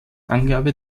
angabe